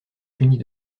punie